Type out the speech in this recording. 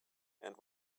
and